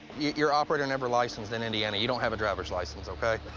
you're operating never licensed in indiana. you don't have a driver's license, ok?